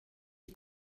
die